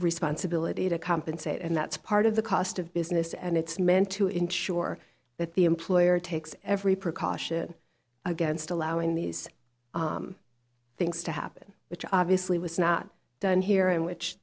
responsibility to compensate and that's part of the cost of business and it's meant to ensure that the employer takes every precaution against allowing these things to happen which obviously was not done here in which